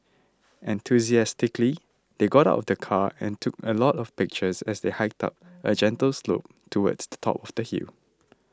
enthusiastically they got out of the car and took a lot of pictures as they hiked up a gentle slope towards the top of the hill